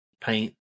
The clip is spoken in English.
paint